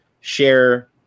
share